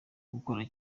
gukora